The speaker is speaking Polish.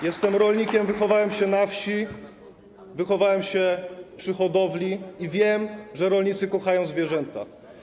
Jestem rolnikiem, wychowałem się na wsi, wychowałem się przy hodowli i wiem, że rolnicy kochają zwierzęta.